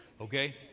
okay